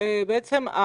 בעצם,